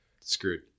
screwed